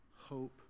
hope